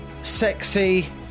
Sexy